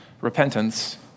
Repentance